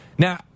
Now